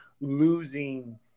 losing